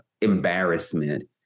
embarrassment